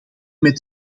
met